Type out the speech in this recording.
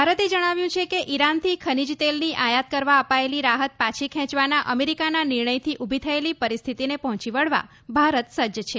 ભારતે જણાવ્યું છે કે ઈરાનથી ખનીજ તેલની આયાત કરવા અપાયેલી રાહત પાછી ખેંચવાના અમેરિકાના નિર્ણયથી ઉભી થયેલી પરિસ્થિતિની પહોંચી વળવા ભારત સજજ છે